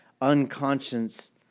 unconscious